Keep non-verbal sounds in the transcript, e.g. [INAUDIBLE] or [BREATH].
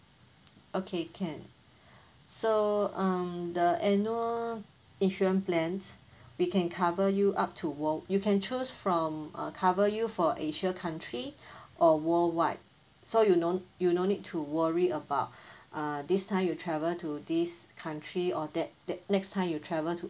okay can so um the annual insurance plan we can cover you up to world you can choose from uh cover you for asia country [BREATH] or worldwide so you no you no need to worry about [BREATH] uh this time you travel to this country or that that next time you travel to